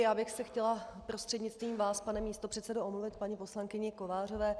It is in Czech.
Já bych se chtěla prostřednictvím, pane místopředsedo, omluvit paní poslankyni Kovářové.